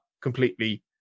completely